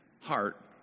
heart